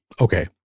okay